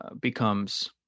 becomes